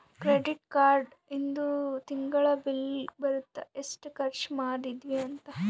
credit card ಇಂದು ತಿಂಗಳ bill ಬರುತ್ತ ಎಸ್ಟ ಖರ್ಚ ಮದಿದ್ವಿ ಅಂತ